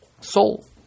soul